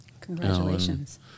Congratulations